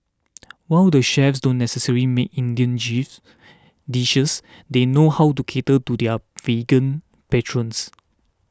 while the chefs don't necessarily make Indian chief dishes they know how to cater to their vegan patrons